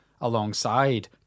alongside